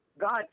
God